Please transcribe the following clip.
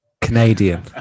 Canadian